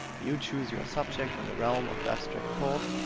you chose your subject in the realm of abstract thought,